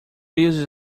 uses